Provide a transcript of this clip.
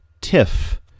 Tiff